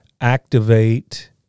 activate